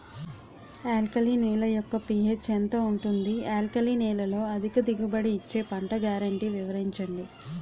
Alkali నేల యెక్క pH ఎంత ఉంటుంది? ఆల్కలి నేలలో అధిక దిగుబడి ఇచ్చే పంట గ్యారంటీ వివరించండి?